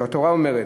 התורה אומרת,